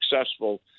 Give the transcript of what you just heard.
successful